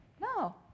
no